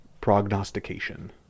Prognostication